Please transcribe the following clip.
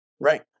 right